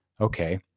Okay